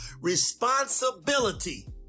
responsibility